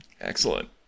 Excellent